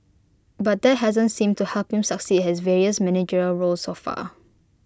but that hasn't seem to help him succeed his various managerial roles so far